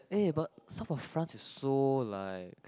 eh but South of France is so like